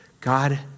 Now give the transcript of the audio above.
God